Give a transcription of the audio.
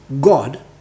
God